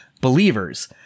believers